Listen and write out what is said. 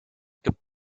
gibt